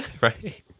Right